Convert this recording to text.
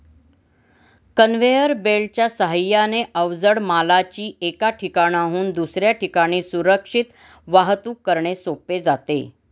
conveyor बेल्टच्या साहाय्याने अवजड मालाची एका ठिकाणाहून दुसऱ्या ठिकाणी सुरक्षित वाहतूक करणे सोपे जाते